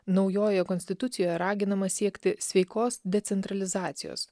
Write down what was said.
naujojoje konstitucijoje raginama siekti sveikos decentralizacijos